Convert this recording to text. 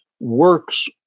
works